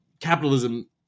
capitalism